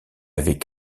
avait